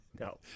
No